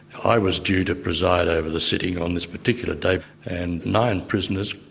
i was due to preside over the sitting on this particular day and nine prisoners,